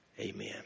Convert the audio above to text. Amen